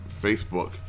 Facebook